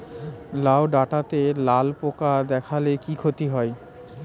লাউ ডাটাতে লালা পোকা দেখালে কি ক্ষতি হয়?